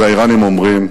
נכון, אז האירנים אומרים,